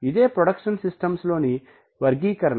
ఇదే production systems లోని వర్గీకరణ